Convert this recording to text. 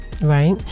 right